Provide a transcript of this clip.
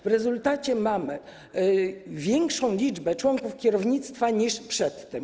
W rezultacie mamy większą liczbę członków kierownictwa niż przedtem.